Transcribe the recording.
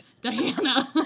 Diana